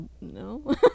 No